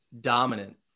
dominant